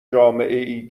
جامعهای